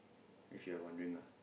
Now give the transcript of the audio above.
if you're wondering lah